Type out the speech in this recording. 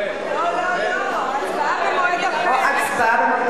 לא, לא, לא, הצבעה במועד אחר.